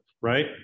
right